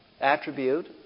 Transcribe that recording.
Attribute